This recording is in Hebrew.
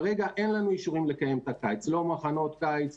כרגע אין לנו אישורים לקיים את הקיץ לא מחנות קיץ,